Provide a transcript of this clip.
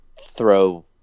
throw